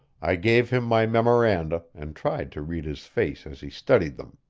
i gave him my memoranda, and tried to read his face as he studied them.